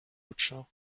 future